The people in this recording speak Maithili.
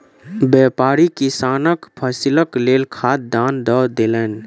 व्यापारी किसानक फसीलक लेल खाद दान दअ देलैन